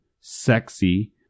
sexy